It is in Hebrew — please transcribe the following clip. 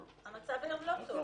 המצב היום לא טוב.